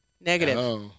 Negative